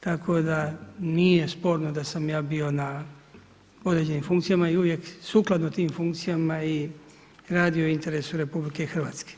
Tako da nije sporno da sam aj bio na određenim funkcijama i uvijek sukladno tim funkcijama i radio u interesu RH.